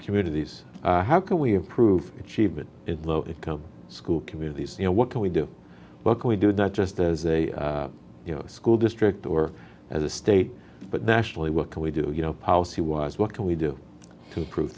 communities how can we improve achievement at low income school communities you know what can we do but we do that just as a you know school district or as a state but nationally what can we do you know powers he was what can we do to prove